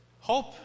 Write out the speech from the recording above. Hope